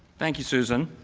thank you, susan.